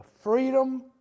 freedom